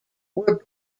were